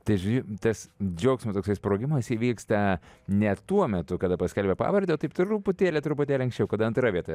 tai žodžiu tas džiaugsmas toksai sprogimas įvyksta ne tuo metu kada paskelbia pavardę taip truputėlį truputėlį anksčiau kada antra vieta